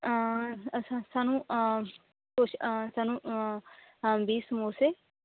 ਅਸਾਂ ਸਾਨੂੰ ਕੁਛ ਸਾਨੂੰ ਅ ਵੀਹ ਸਮੋਸੇ